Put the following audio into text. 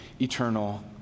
eternal